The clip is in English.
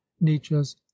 nietzsche's